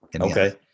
Okay